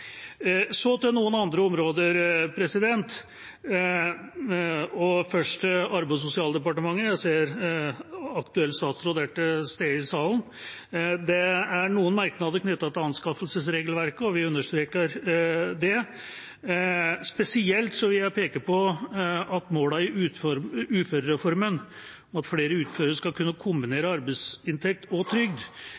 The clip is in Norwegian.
Så til noen andre områder, og først til Arbeids- og sosialdepartementet: Jeg ser at aktuell statsråd er til stede i salen. Det er noen merknader knyttet til anskaffelsesregelverket, og vi understreker det. Spesielt vil jeg peke på at målene i uførereformen – at flere uføre skal kunne kombinere